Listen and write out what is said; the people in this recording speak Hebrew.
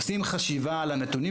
עושים חשיבה על הנתונים,